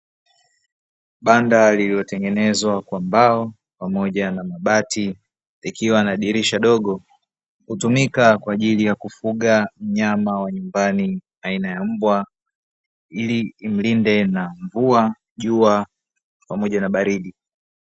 Banda lililotengenezwa kwa mbao pamoja na mabati likiwa na dirisha dogo, hutumika kwa ajili ya kufuga mnyama wa nyumbani aina ya mbwa ili imlinde na mvua, jua pamoja na baridi.